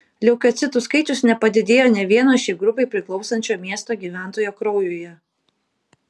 leukocitų skaičius nepadidėjo nė vieno šiai grupei priklausančio miesto gyventojo kraujuje